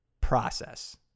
process